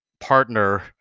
partner